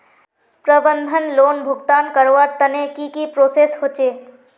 प्रबंधन लोन भुगतान करवार तने की की प्रोसेस होचे?